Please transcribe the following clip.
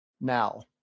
now